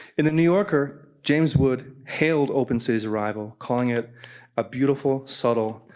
in the new yorker, james wood hailed open city's arrival, calling it a beautiful, subtle,